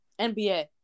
NBA